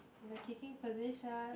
kicking position